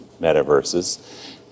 metaverses